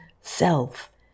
self